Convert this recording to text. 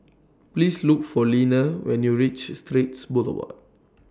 Please Look For Leaner when YOU REACH Straits Boulevard